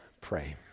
pray